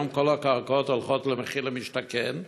היום כל הקרקעות הולכות למחיר למשתכן,